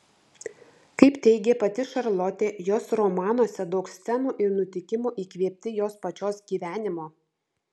kaip teigė pati šarlotė jos romanuose daug scenų ir nutikimų įkvėpti jos pačios gyvenimo